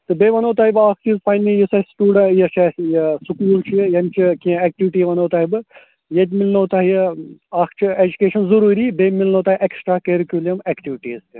تہٕ بیٚیہِ وَنہو تۄہہِ بہٕ اَکھ چیٖز پَنٛنہِ یُس اَسہِ سٕٹوٗڈنٛٹ یہِ چھِ اَسہِ یہِ سکوٗل چھُ ییٚمۍچہِ کینٛہہ اٮ۪کٹِوٹی وَنو تۄہہِ بہٕ ییٚتہِ مِلنو تۄہہِ اَکھ چھُ اٮ۪جوٗکیشن ضٔروٗری بیٚیہِ مِلنو تۄہہِ اٮ۪کسٹرٛا کیرِکیوٗلَم اٮ۪کٹوِٹیٖز تہِ